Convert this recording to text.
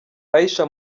aisha